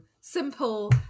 simple